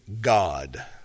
God